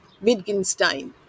Wittgenstein